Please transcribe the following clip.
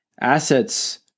Assets